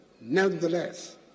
Nevertheless